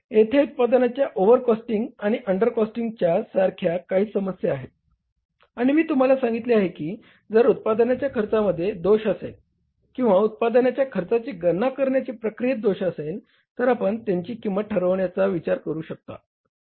येथे उत्पादनाच्या over costing किंवा अंडर कॉस्टिंग सारख्या काही समस्या असतात आणि मी तुम्हाला सांगितले आहे की जर उत्पादनाच्या खर्चामध्ये दोष असेल किंवा उत्पादनाच्या खर्चाची गणना करण्याच्या प्रक्रियेत दोष असेल तर आपण त्याची किंमत ठरविण्याचा विचार कसा करू शकतो